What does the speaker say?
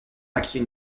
acquit